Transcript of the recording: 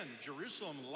Jerusalem